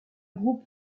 groupe